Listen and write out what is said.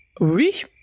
Oui